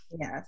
Yes